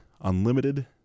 unlimited